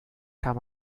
kann